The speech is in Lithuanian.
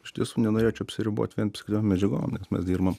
iš tiesų nenorėčiau apsiribot vien medžiagom nes mes dirbam